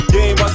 Game